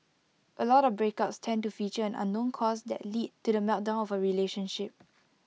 A lot of breakups tend to feature an unknown cause that lead to the meltdown of A relationship